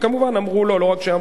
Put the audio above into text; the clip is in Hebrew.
וכמובן אמרו לא.